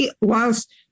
whilst